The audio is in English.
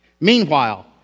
meanwhile